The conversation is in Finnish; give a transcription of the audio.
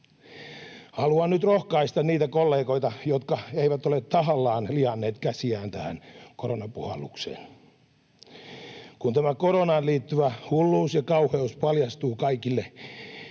Haluan nyt rohkaista niitä kollegoita, jotka eivät ole tahallaan lianneet käsiään tähän koronapuhallukseen, että kun tämä koronaan liittyvä hulluus ja kauheus paljastuu kaikille,